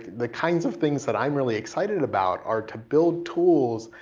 the kinds of things that i am really excited about are to build tools,